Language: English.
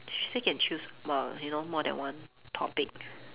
she say can choose more you know more than one topic